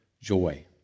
joy